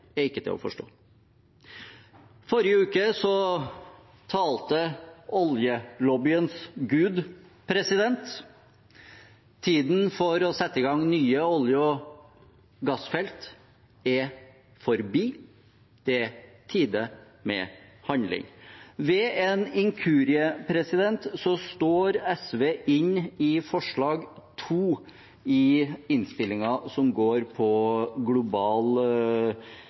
er ikke til å forstå. Forrige uke talte oljelobbyens gud: Tiden for å sette i gang nye olje- og gassfelt er forbi. Det er på tide med handling. Ved en inkurie står SV inne i forslag nr. 2 i innstillingen, som går på å bli en global